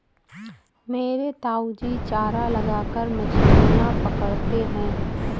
मेरे ताऊजी चारा लगाकर मछलियां पकड़ते हैं